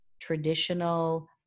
traditional